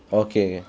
okay